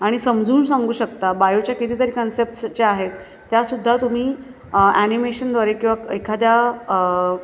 आणि समजून सांगू शकता बायोच्या कितीतरी कन्सेप्टस ज्या आहेत त्यासुद्धा तुम्ही एनिमेशनद्वारे किंवा एखाद्या